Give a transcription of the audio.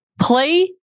Play